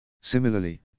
Similarly